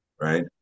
Right